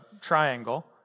triangle